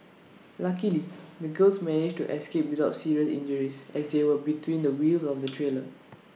luckily the girls managed to escape without serious injuries as they were between the wheels of the trailer